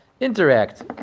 interact